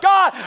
God